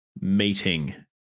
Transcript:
meeting